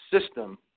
system